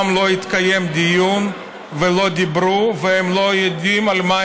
לא התקיים דיון ולא דיברו ושהם לא יודעים על מה